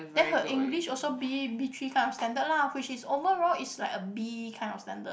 then her English also B B three kind of standard lah which is overall is like a B kind of standard